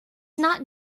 not